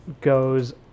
goes